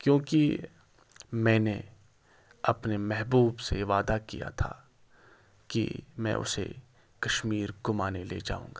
کیونکہ میں نے اپنے محبوب سے وعدہ کیا تھا کہ میں اسے کشمیر گھمانے لے جاؤنگا